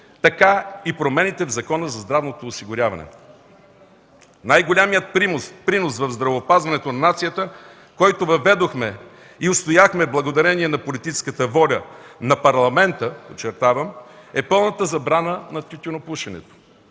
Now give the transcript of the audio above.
така и промените в Закона за здравното осигуряване. Най-големият принос в здравеопазването на нацията, който въведохме и устояхме благодарение на политическата воля на Парламента, подчертавам, е пълната забрана на тютюнопушенето.